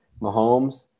Mahomes